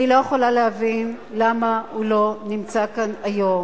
אני לא יכולה להבין למה הוא לא נמצא כאן היום,